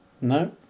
No